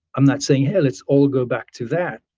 i'm not saying, hell, let's all go back to that.